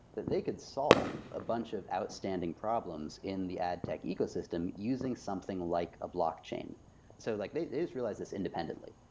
that they could solve a bunch of outstanding problems in the adtech ecosystem using something like a blockchain. so like they they just realized this independently.